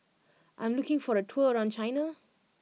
I am looking for a tour around China